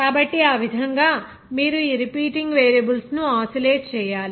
కాబట్టి ఆ విధంగా మీరు ఈ రిపీటింగ్ వేరియబుల్స్ ను ఆసిలేట్ చేయాలి